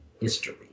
history